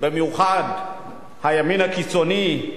במיוחד הימין הקיצוני,